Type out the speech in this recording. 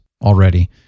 already